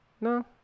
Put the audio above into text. No